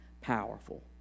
powerful